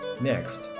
Next